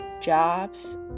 jobs